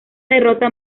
derrota